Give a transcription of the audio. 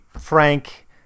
frank